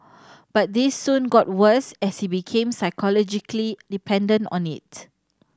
but this soon got worse as he became psychologically dependent on it